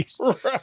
Right